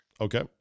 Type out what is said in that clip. Okay